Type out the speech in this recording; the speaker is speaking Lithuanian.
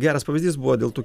geras pavyzdys buvo dėl tų